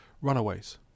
runaways